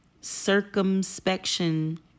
circumspection